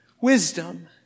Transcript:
wisdom